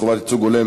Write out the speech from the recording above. חוק ומשפט,